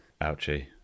Ouchie